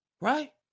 right